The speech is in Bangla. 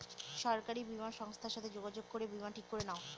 সরকারি বীমা সংস্থার সাথে যোগাযোগ করে বীমা ঠিক করে নাও